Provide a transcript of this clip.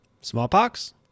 Smallpox